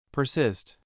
Persist